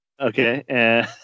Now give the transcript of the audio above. Okay